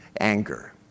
anger